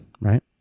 right